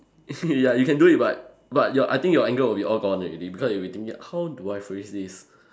ya you can do it but but you I think your English will be all gone already because you'll be thinking how do I phrase this